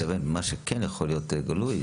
עדיין אני מתכוון, מה שכן יכול להיות גלוי.